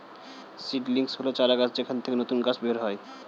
seedlings হল চারাগাছ যেখান থেকে নতুন গাছ বের হয়